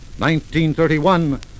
1931